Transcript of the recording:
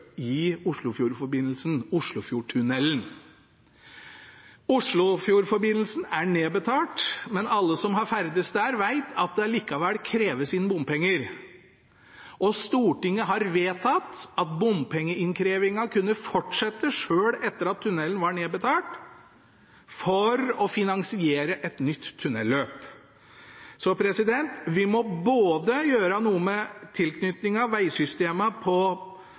i Oslofjordforbindelsen, i Oslofjordtunnelen. Oslofjordforbindelsen er nedbetalt, men alle som har ferdes der, vet at det allikevel kreves inn bompenger. Stortinget vedtok at bompengeinnkrevingen kunne fortsette selv etter at tunnelen var nedbetalt, for å finansiere et nytt tunnelløp. Så vi må både gjøre noe med